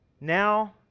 now